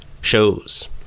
shows